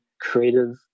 creative